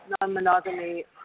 non-monogamy